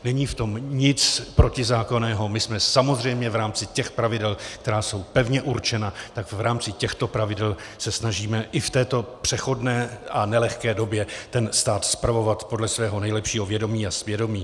Není v tom nic protizákonného, my jsme samozřejmě v rámci těch pravidel, která jsou pevně určena, v rámci těchto pravidel se snažíme i v této přechodné a nelehké době ten stát spravovat podle svého nejlepšího vědomí a svědomí.